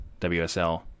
WSL